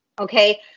okay